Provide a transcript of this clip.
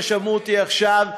אלה ששמעו אותי עכשיו,